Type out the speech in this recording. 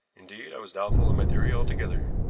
indeed, i was doubtful of my theory altogether.